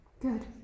Good